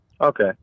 Okay